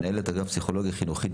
מנהלת אגף פסיכולוגיה חינוכית,